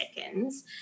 seconds